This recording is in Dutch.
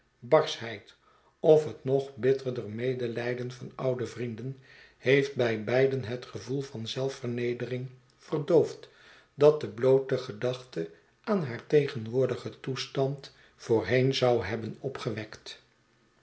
barschheid of het nog bitterder medelijden van oude vrienden heeft bij beiden het gevoel van zelfvernedering verdoofd dat de bloote gedachte aan haar tegenwoordigen toestand voorheen zou hebben opgewekt